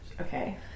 Okay